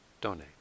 donate